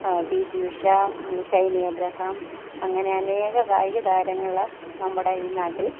P T Usha Shiny Abraham അങ്ങനെ അനേകം കായിക താരങ്ങളിൽ നമ്മുടെ ഈ നാട്ടിൽ